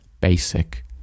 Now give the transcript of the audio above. basic